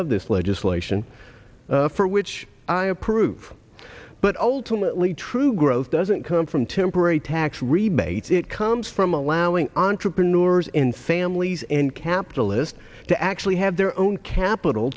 of this legislation for which i approve but ultimately true growth doesn't come from temporary tax rebates it comes from allowing entrepreneurs in families and capitalists to actually have their own capital